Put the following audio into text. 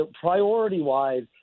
priority-wise